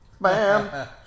Bam